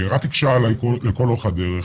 רק הקשה עלי לכל אורך הדרך.